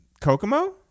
Kokomo